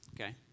okay